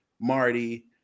Marty